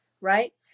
Right